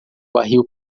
barril